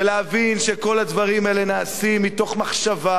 ולהבין שכל הדברים האלה נעשים מתוך מחשבה,